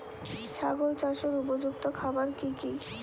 ছাগল চাষের উপযুক্ত খাবার কি কি?